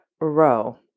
row